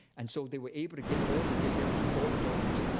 and so they were able to get all the data on all the donors.